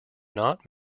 knot